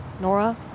Nora